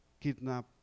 kidnap